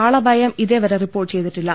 ആളപായം ഇ്തേവരെ റിപ്പോർട്ട് ചെയ്തിട്ടില്ല